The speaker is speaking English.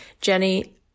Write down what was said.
Jenny